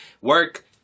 Work